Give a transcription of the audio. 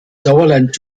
sauerland